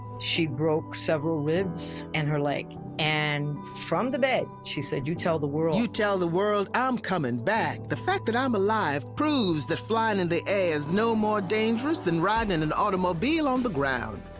she broke several ribs, and her leg. and from the bed, she said, you tell the world. you tell the world i'm coming back. the fact that i'm alive proves that flying in the air is no more dangerous than riding in an automobile on the ground.